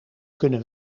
kunnen